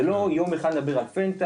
זה לא יום אחד נדבר על פנטה,